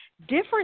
different